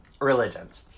religions